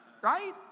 Right